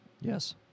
yes